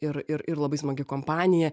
ir ir ir labai smagi kompanija